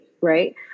right